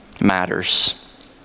matters